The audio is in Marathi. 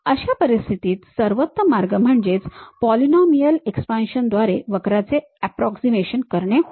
अशा परिस्थितीतसर्वोत्तम मार्ग म्हणजेच पॉलिनॉमीअल एक्सपान्शन द्वारे वक्राचे अँप्रॉक्सिमेशन करणे होय